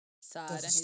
sad